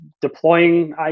deploying